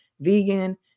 vegan